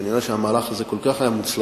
כנראה המהלך הזה היה כל כך מוצלח,